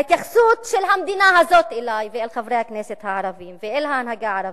ההתייחסות של המדינה הזאת אלי ואל חברי הכנסת הערבים ואל ההנהגה הערבית,